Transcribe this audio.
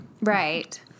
Right